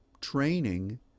training